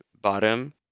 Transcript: bottom